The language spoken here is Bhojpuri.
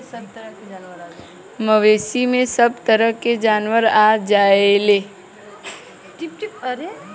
मवेसी में सभ तरह के जानवर आ जायेले